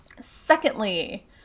Secondly